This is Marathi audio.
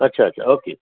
अच्छा अच्छा ओके